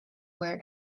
where